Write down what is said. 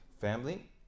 family